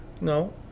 No